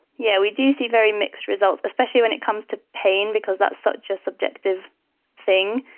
yeah, we do see very mixed results, especially when it comes to pain, because that's such a subjective thing.